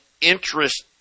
interest